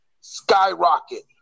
skyrocket